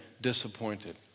disappointed